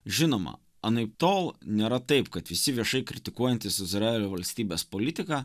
žinoma anaiptol nėra taip kad visi viešai kritikuojantys izraelio valstybės politiką